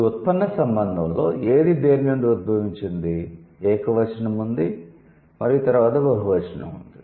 ఈ ఉత్పన్న సంబంధంలో ఏది దేని నుండి ఉద్భవించింది ఏకవచనం ఉంది మరియు తరువాత బహువచనం ఉంది